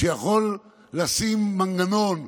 שהוא יכול לשים מנגנון,